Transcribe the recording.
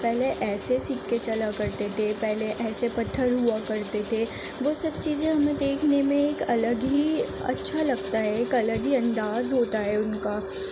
پہلے ایسے سکے چلا کرتے تھے پہلے ایسے پتھر ہوا کرتے تھے وہ سب چیزیں ہمیں دیکھنے میں ایک الگ ہی اچھا لگتا ہے ایک الگ ہی انداز ہوتا ہے ان کا